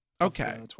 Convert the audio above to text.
Okay